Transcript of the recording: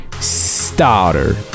starter